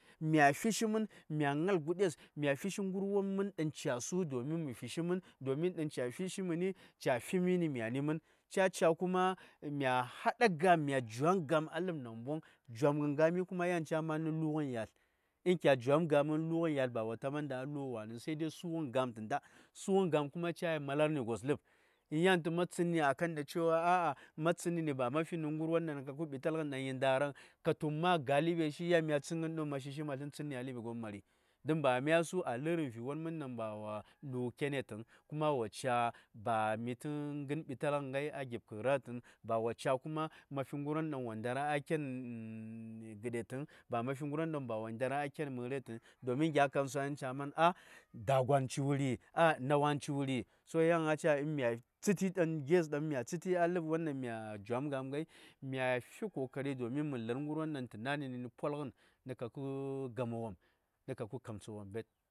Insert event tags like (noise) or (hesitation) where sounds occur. Mya fi cighən my ŋal gudes, mya fishi ŋərwon mən daŋ ca su domin mə fishi mən domin daŋ ca fishi məni, ca fimi ni mya:ni mən, ca ca kuma mya haɗa gam, mya jwom gam a ləb namboŋ jwamgən gami kuma yan ca lər lugən yasl ɗi. In kya jwam gaməŋ lu:gən yasl ba wo taɓa lə:rghən lu:ghən wan ɗiŋ sai dai su:ghən gam tə nda. Sʊghən gam kuma ca:yi malar nə gwos ləb. In ya:n tu ma tsənni a kan da cewa a'a, ma tsənəni, ba ma fi nəni gərwon ɗaŋ kabkə ɓtalghən ɗaŋ yi nda:raŋ ka tu ma̱ ga: ləbeshi, ya:n mya tsəngən ma shishi ma slən tsənni a ləɓi gwon mari. Don ba mya su: a lə:rəm vi:won mən ɗaŋ ba wo lu: kenetəŋ kuma wo ca: ba mə tə ɓitalghən ghai a gip kə ra:təŋ, ba wo ca: kuma ma fi gərwon ɗaŋ wo ndara a ken (hesitation) gəde təŋ; ba ma fi gərwon ɗaŋ wo ndara a ken ma:re təŋ, domin gya kamtsan ca man, ah, Da̱-gwa:n ci wuri, ah, Na̱-wa:n ci wuri? So ya:n a ca i mya tsətni ɗan, gi:es ɗaŋ mya tsəti a ləbwon ɗaŋ mya jwa:m gam ghaimya fi kokari don mə fi gərwon ɗaŋ tə na̱ nə ni polghən nə kapke gama wopm tə kapkə kamtsa wopm ghai.